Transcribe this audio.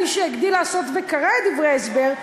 מי שהגדיל לעשות וקרא את דברי ההסבר,